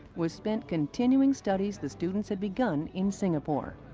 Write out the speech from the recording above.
was spent continuing studies the students had begun in singapore.